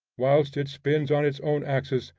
whilst it spins on its own axis,